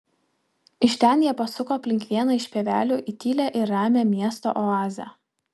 iš ten jie pasuko aplink vieną iš pievelių į tylią ir ramią miesto oazę